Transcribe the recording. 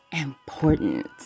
important